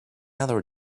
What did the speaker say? other